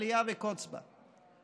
אליה וקוץ בה.